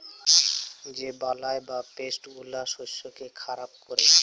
যে বালাই বা পেস্ট গুলা শস্যকে খারাপ ক্যরে